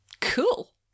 Cool